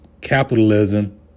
capitalism